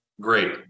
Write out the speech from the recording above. great